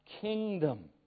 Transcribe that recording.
kingdom